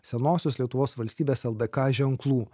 senosios lietuvos valstybės ldk ženklų